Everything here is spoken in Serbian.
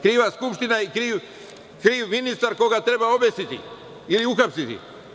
Kriva Skupština i kriv ministar, koga treba obesiti ili uhapsiti.